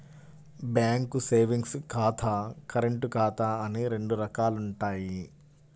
bank savings ఖాతా, current ఖాతా అని రెండు రకాలుంటయ్యి